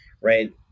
right